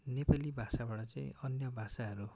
नेपाली भाषाबाट चाहिँ अन्य भाषाहरू